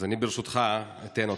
אז ברשותך אתן אותם.